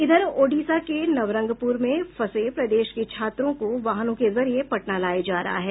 इधर ओडिसा के नवरंगपुर में फंसे प्रदेश के छात्रों को वाहनों के जरिये पटना लाया जा रहा है